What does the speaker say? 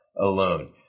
alone